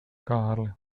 kārli